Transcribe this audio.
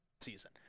season